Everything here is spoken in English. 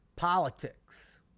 Politics